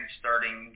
starting